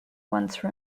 once